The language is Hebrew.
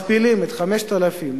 מכפילים את ה-5,000,